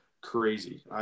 crazy